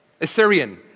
Assyrian